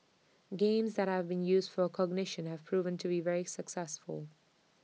games that have been used for A cognition have proven to be very successful